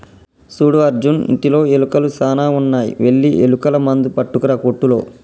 సూడు అర్జున్ ఇంటిలో ఎలుకలు సాన ఉన్నాయి వెళ్లి ఎలుకల మందు పట్టుకురా కోట్టులో